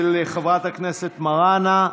של חברת הכנסת מראענה.